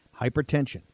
Hypertension